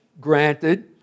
granted